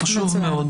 זה חשוב מאוד.